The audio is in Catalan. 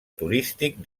turístic